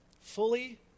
fully